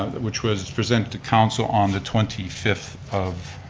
which was presented to council on the twenty fifth of